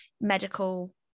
medical